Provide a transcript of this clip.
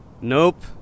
Nope